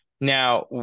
Now